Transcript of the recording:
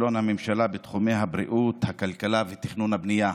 כישלון הממשלה בתחומי הבריאות והכלכלה ותכנון הבנייה.